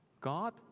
God